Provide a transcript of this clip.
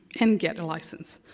and get and a license.